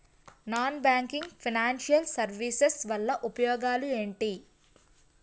Non banking financial services వల్ల ఉపయోగాలు ఎంటి?